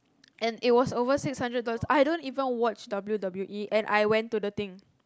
and it was over six hundred dollars I don't even watch W_W_E and I went to the thing